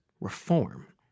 reform